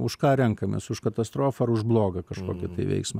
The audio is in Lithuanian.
už ką renkamės už katastrofą ar už blogą kažkokį tai veiksmą